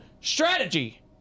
strategy